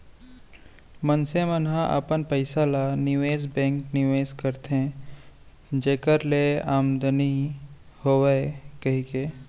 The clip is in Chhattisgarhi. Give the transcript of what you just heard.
मनसे मन ह अपन पइसा ल निवेस बेंक निवेस करथे जेखर ले आमदानी होवय कहिके